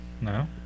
No